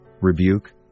rebuke